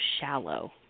shallow